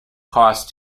costs